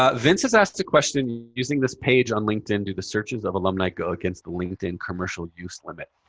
ah vince has asked a question. using this page on linkedin, do the searches of alumni go against the linkedin commercial use limit?